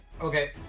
Okay